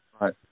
Right